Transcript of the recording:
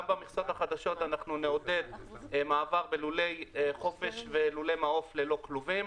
גם במכסות החדשות אנחנו נעודד מעבר בלולי חופש ולולי מעוף ללא כלובים.